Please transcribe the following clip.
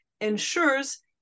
ensures